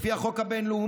לפי החוק הבין-לאומי,